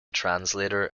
translator